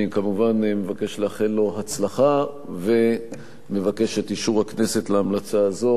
אני כמובן מבקש לאחל לו הצלחה ומבקש את אישור הכנסת להמלצה הזו,